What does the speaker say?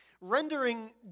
Rendering